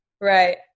right